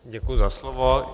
Děkuji za slovo.